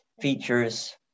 features